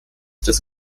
des